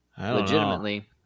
Legitimately